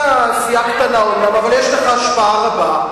אתה סיעה קטנה אומנם, אבל יש לך השפעה רבה.